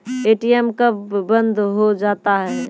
ATM कब बंद हो जाता हैं?